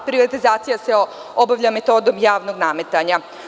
Privatizacija se obavlja metodom javnog nadmetanja.